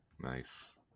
nice